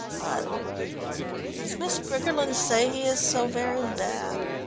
but does miss briggerland say he is so very bad?